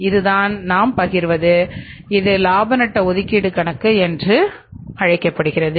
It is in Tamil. இதுதான் நாம் பகிர்வது இது லாப நட்டக ஒதுக்கீடு கணக்கு என்று அழைக்கப்படுகிறது